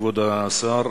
כבוד השר,